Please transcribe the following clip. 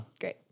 great